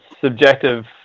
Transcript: subjective